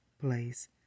place